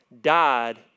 died